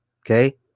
Okay